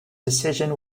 decision